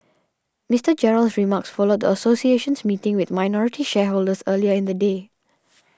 Mister Gerald's remarks followed the association's meeting with minority shareholders earlier in the day